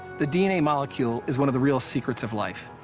the d n a. molecule is one of the real secrets of life.